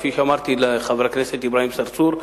כפי שאמרתי לחבר הכנסת אברהים צרצור,